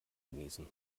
genießen